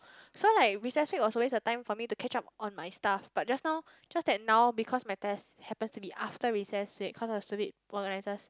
so like recess break was always a time for me to catch up on my stuff but just now just that now because my test happens to be after recess break because of stupid organisers